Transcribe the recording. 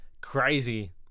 crazy